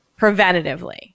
preventatively